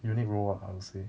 unique role ah I would say